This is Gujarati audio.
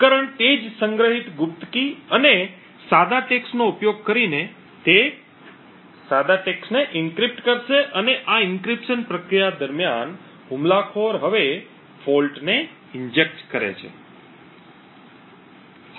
ઉપકરણ તે જ સંગ્રહિત ગુપ્ત કી અને સાદા ટેક્સ્ટનો ઉપયોગ કરીને તે સાદા ટેક્સ્ટને એન્ક્રિપ્ટ કરશે અને આ એન્ક્રિપ્શન પ્રક્રિયા દરમિયાન હુમલાખોર હવે ખામી ને ઇન્જેકટ કરે છે